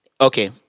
Okay